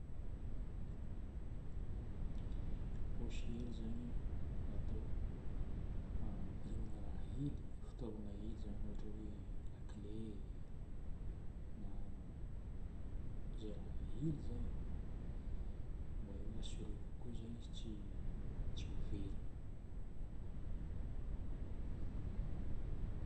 Paosy hely zagny natao hampirimagna raha hely, fitaovagna hely zagny, ohatra hoe lakile, na zay raha hely zagny e. Mba hoe assuré kokoa zagny izy tsy ho very.